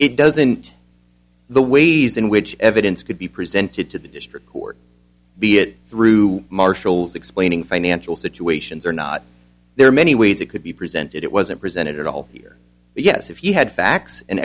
it doesn't the ways in which evidence could be presented to the district court be it through marshall's explaining financial situations or not there are many ways it could be presented it wasn't presented at all here but yes if you had facts and